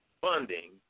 funding